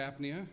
apnea